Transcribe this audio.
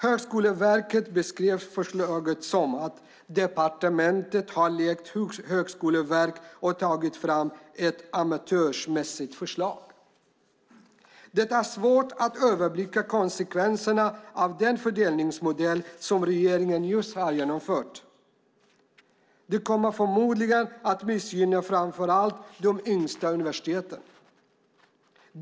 Högskoleverket beskrev förslaget som att "departementet har lekt högskoleverk och tagit fram ett amatörmässigt förslag". Det är svårt att överblicka konsekvenserna av den fördelningsmodell som regeringen just har genomfört. Det kommer förmodligen att missgynna framför allt de yngsta universiteten.